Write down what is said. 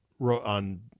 on